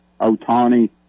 Otani